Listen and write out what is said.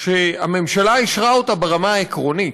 שהממשלה אישרה ברמה העקרונית,